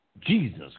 Jesus